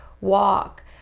walk